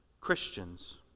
Christians